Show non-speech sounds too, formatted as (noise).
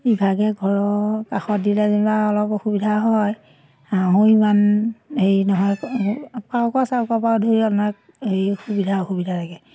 ইভাগে ঘৰৰ কাষত দিলে যেনিবা অলপ অসুবিধা হয় হাঁহো ইমান হেৰি নহয় (unintelligible) চাউকৰ পৰা ধৰি অলপ হেৰি সুবিধা অসুবিধা থাকে